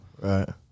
Right